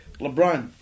LeBron